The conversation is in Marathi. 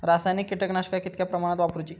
रासायनिक कीटकनाशका कितक्या प्रमाणात वापरूची?